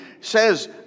says